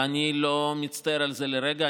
ואני לא מצטער על זה לרגע.